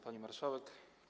Pani Marszałek!